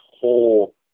whole